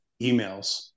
emails